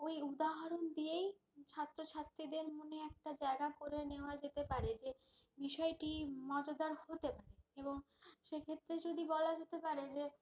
ওই উদাহরণ দিয়েই ছাত্র ছাত্রীদের মনে একটা জায়গা করে নেওয়া যেতে পারে যে বিষয়টি মজাদার হতে পারে এবং সে ক্ষেত্রে যদি বলা যেতে পারে যে